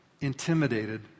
intimidated